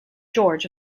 george